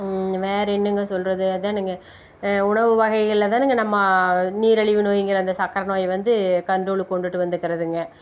வேற என்னங்க சொல்கிறது அதானுங்க உணவு வகைகளில் தானுங்க நம்ம நீரழிவு நோய்ங்கிற அந்த சக்கரை நோய் வந்து கன்ட்ரோலுக்கு கொண்டுகிட்டு வந்துக்கிறதுங்க